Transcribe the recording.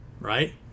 Right